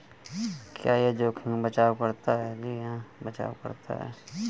क्या यह जोखिम का बचाओ करता है?